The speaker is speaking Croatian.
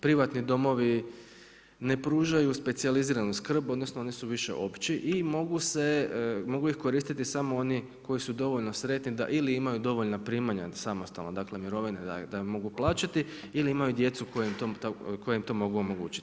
Privatni domovi ne pružaju specijaliziranu skrb, odnosno one su više opće i mogu ih koristiti samo oni koji su dovoljno sretni da ili imaju dovoljna primanja samostalno, dakle mirovine da mogu plaćati ili imaju djecu koja im to mogu omogućiti.